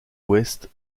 ouest